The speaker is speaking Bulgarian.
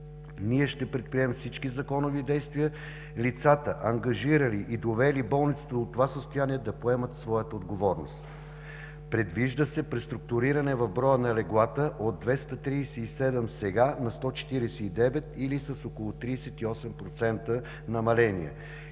Ние ще предприемем всички законови действия – лицата, ангажирали и довели болницата до това състояние, да поемат своята отговорност. Предвижда се преструктуриране в броя на леглата от 237 сега, на 149 или с около 38% намаление